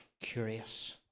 curious